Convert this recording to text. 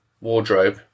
wardrobe